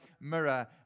Mirror